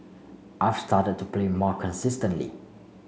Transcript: I've started to play more consistently